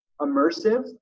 immersive